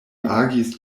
agis